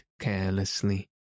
carelessly